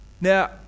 Now